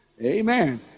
Amen